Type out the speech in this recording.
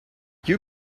you